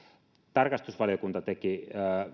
tarkastusvaliokunta teki